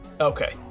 Okay